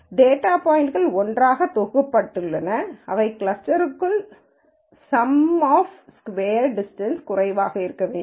data பாய்ன்ட்கள் ஒன்றாக தொகுக்கப்பட்டுள்ளன அவை கிளஸ்டர்க்குள் சம்மாவ் ஸ்கொயர் டிஸ்டன்ஸ் குறைவா இருக்க வேண்டும்